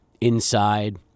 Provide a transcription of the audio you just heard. inside